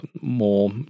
more